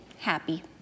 happy